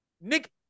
Nick